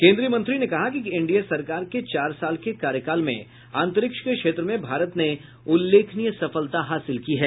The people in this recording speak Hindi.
केन्द्रीय मंत्री ने कहा कि एनडीए सरकार के चार साल के कार्यकाल में अंतरिक्ष के क्षेत्र में भारत ने उल्लेखनीय सफलता हासिल की है